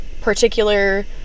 particular